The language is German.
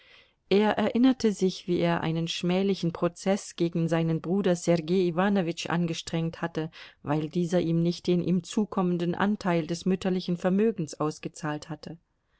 er erinnerte sich wie er einen schmählichen prozeß gegen seinen bruder sergei iwanowitsch angestrengt hatte weil dieser ihm nicht den ihm zukommenden anteil des mütterlichen vermögens ausgezahlt hatte